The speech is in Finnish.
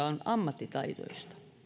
on ammattitaitoista